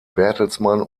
bertelsmann